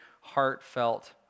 heartfelt